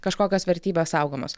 kažkokios vertybės saugomos